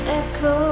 echo